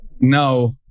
no